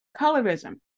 colorism